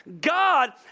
God